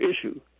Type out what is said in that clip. issue